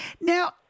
Now